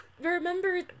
Remember